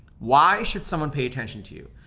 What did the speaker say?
why should someone pay attention to you?